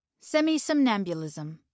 semisomnambulism